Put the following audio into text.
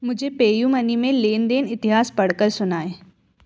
मुझे PayU Money में लेन देन इतिहास पढ़कर सुनाएँ